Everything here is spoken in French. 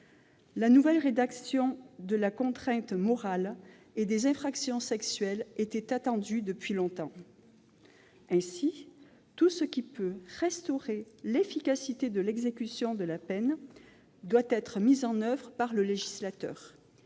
La nouvelle rédaction de la contrainte morale dans la qualification des infractions sexuelles était attendue depuis longtemps. Tout ce qui peut restaurer l'effectivité de l'exécution de la peine doit être mis en oeuvre par le législateur.